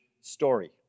story